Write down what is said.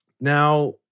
Now